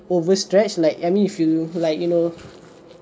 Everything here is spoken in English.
overstretch like I mean if you like you know